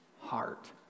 heart